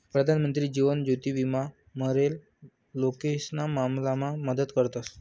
प्रधानमंत्री जीवन ज्योति विमा मरेल लोकेशना मामलामा मदत करस